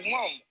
Mom